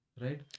Right